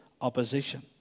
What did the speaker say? opposition